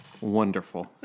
Wonderful